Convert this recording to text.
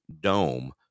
dome